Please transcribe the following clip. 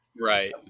Right